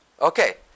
Okay